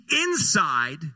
inside